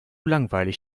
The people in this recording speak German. langweilig